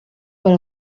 per